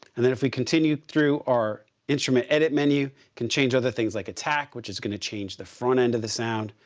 and then if we continue through our instrument edit menu can change other things like attack, which is going to change the front end of the sound,